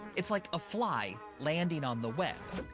it's like a fly landing on the web.